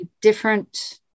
different